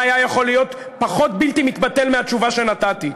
מה היה יכול להיות פחות בלתי מתפתל מהתשובה שנתתי?